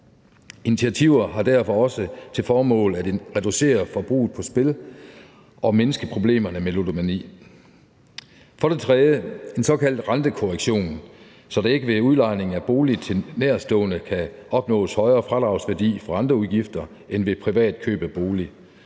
Initiativerne har derfor også til formål at reducere forbruget på spil og mindske problemerne med ludomani. For det tredje er der en såkaldt rentekorrektion, så der ikke ved udlejning af bolig til nærtstående kan opnås højere fradragsværdi fra renteudgifter end ved privat køb af bolig.